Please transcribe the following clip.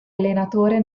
allenatore